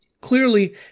Clearly